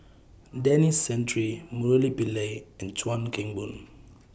Denis Santry Murali Pillai and Chuan Keng Boon